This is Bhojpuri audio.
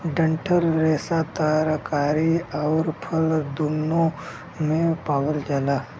डंठल रेसा तरकारी आउर फल दून्नो में पावल जाला